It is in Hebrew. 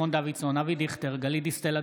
אינו